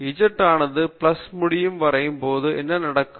Z ஆனது plus முடிவடையும் போது என்ன நடக்கும்